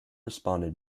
responded